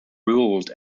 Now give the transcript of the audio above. ruled